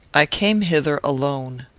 i came hither alone.